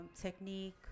technique